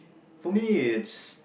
for me it's